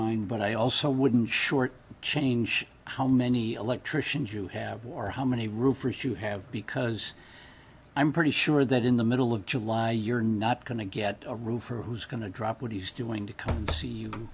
mind but i also wouldn't short change how many electricians you have wore how many roofers you have because i'm pretty sure that in the middle of july you're not going to get a roofer who's going to drop what he's doing to come see you